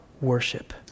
worship